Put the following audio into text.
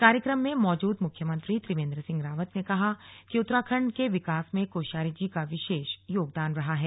कार्यक्रम में मौजूद मुख्यमंत्री त्रिवेन्द्र सिंह रावत ने कहा कि उत्तराखण्ड के विकास में कोश्यारी जी का विशेष योगदान रहा है